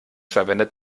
verwendet